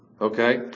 Okay